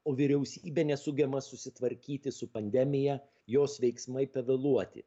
o vyriausybė nesugeba susitvarkyti su pandemija jos veiksmai pavėluoti